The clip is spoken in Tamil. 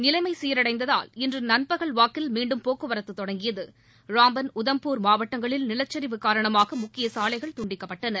நிலைமை சீரடைந்ததால் இன்று நண்பகல் வாக்கில் மீண்டும் போக்குவரத்து தொடங்கியது ராம்பன் உதம்பூர் மாவட்டங்களில் நிலச்சரிவு காரணமாக முக்கிய சாலைகள் துண்டிக்கப்பட்டன